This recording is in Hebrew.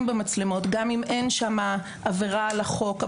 במצלמות גם אם אין שם עבירה על החוק,